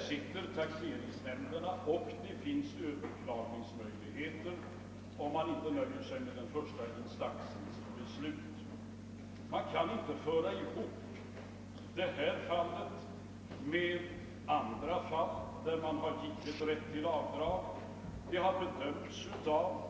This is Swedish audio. Det finns taxeringsnämnder och det finns överklagningsmöjligheter om man inte nöjer sig med den första instansens beslut. Man kan inte jämföra detta fall med andra fall där rätt till avdrag har medgivits. Ärendena har bedömts av